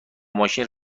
ماشین